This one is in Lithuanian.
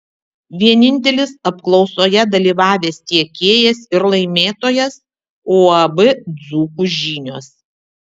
vienintelis apklausoje dalyvavęs tiekėjas ir laimėtojas uab dzūkų žinios